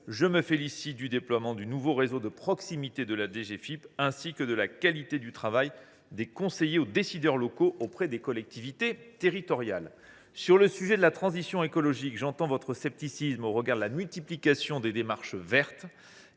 je me félicite du déploiement du nouveau réseau de proximité de la DGFiP, ainsi que de la qualité du travail des conseillers aux décideurs locaux auprès des collectivités territoriales. Sur le sujet de la transition écologique, j’entends le scepticisme qui s’exprime au regard de la multiplication des démarches vertes